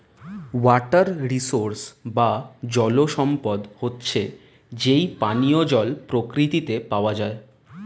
water resource বা জল সম্পদ হচ্ছে যেই পানিও জল প্রকৃতিতে পাওয়া যায়